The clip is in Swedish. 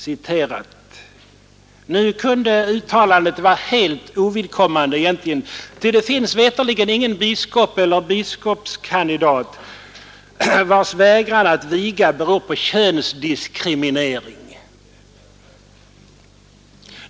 Det uttalandet kunde egentligen vara helt ovidkommande, ty det finns veterligt ingen biskop eller biskopskandidat, vars vägran att viga beror på könsdiskriminering.